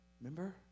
remember